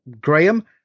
Graham